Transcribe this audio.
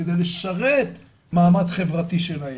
כדי לשרת מעמד חברתי שלהם.